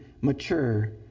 mature